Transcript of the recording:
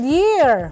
year